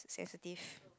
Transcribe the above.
sensitive